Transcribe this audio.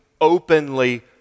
openly